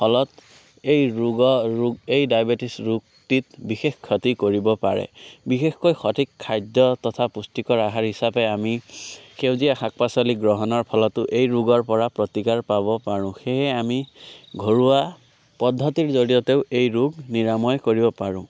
ফলত এই ৰোগৰ ৰোগ এই ডায়বেটিছ ৰোগটিত বিশেষ খতি কৰিব পাৰে বিশেষকৈ সঠিক খাদ্য তথা পুষ্টিকৰ আহাৰ হিচাপে আমি সেউজীয়া শাক পাচলি গ্ৰহণৰ ফলতো এই ৰোগৰ পৰা প্ৰতিকাৰ পাব পাৰোঁ সেয়ে আমি ঘৰুৱা পদ্ধতিৰ জড়িয়তেও এই ৰোগ নিৰাময় কৰিব পাৰোঁ